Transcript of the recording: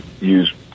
use